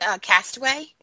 Castaway